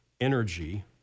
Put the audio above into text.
energy